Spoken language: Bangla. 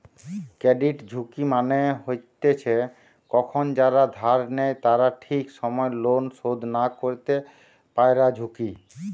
ক্রেডিট ঝুঁকি মানে হতিছে কখন যারা ধার নেই তারা ঠিক সময় লোন শোধ না করতে পায়ারঝুঁকি